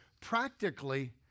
Practically